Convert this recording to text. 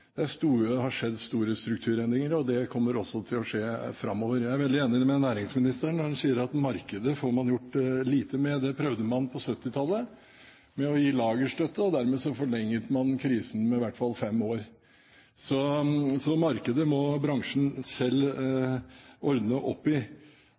Det har skjedd store strukturendringer, og det kommer også til å skje framover. Jeg er veldig enig med næringsministeren når han sier at markedet får man gjort lite med. Det prøvde man på 1970-tallet – med å gi lagerstøtte – og dermed forlenget man krisen med i hvert fall fem år. Så markedet må bransjen selv